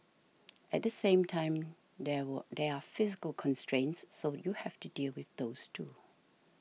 at the same time there were they're physical constraints so you have to deal with those too